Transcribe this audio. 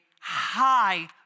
high